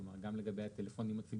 כלומר גם לגבי כל הטלפונים הציבוריים